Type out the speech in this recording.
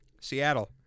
Seattle